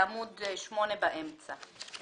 עמוד 8 באמצע.